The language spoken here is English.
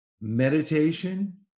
meditation